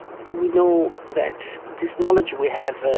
we know that this knowledge we have, ah